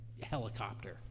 Helicopter